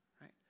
right